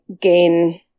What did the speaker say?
gain